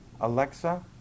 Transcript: Alexa